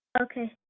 Okay